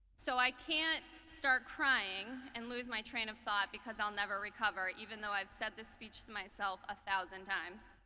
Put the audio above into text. so i can't start crying and lose my train of thought because i'll never recover even though i've said this speech to myself a a thousand times.